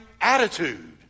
attitude